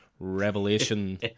revelation